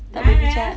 tak boleh pecah